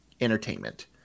entertainment